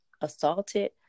assaulted